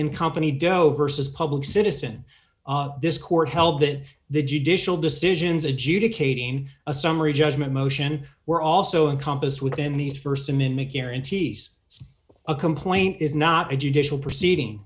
in company dove versus public citizen this court held that the judicial decisions adjudicating a summary judgment motion were also encompasses within the st amendment guarantees a complaint is not a judicial proceeding